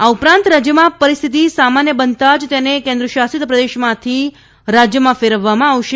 આ ઉપરાંત રાજયમાં પરિણસ્થતિ સામાન્ય બનતાં જ તેને કેન્દ્રશાસિત પ્રદેશમાંથી રાજયમાં ફેરવવામાં આવશે